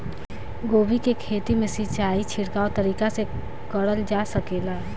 गोभी के खेती में सिचाई छिड़काव तरीका से क़रल जा सकेला?